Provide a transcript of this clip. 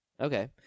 Okay